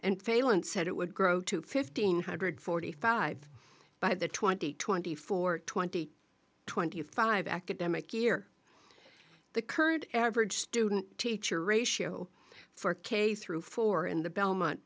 and failon said it would grow to fifteen hundred forty five by the twenty twenty four twenty twenty five academic year the current average student teacher ratio for case through four in the belmont